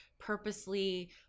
purposely